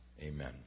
Amen